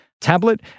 tablet